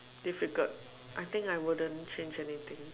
difficult I think I wouldn't change anything